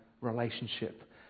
relationship